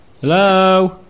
Hello